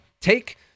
Take